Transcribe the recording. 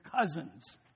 cousins